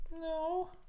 No